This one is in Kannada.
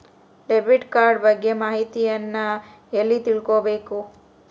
ಡೆಬಿಟ್ ಕಾರ್ಡ್ ಬಗ್ಗೆ ಮಾಹಿತಿಯನ್ನ ಎಲ್ಲಿ ತಿಳ್ಕೊಬೇಕು?